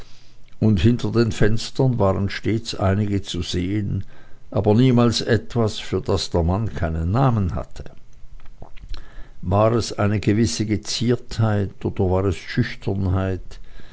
und hinter den fenstern waren stets einige zu sehen aber niemals etwas für das der mann keinen namen hatte war es eine gewisse geziertheit oder war es schüchternheit